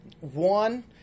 One